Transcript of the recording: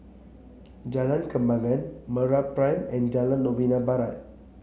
Jalan Kembangan MeraPrime and Jalan Novena Barat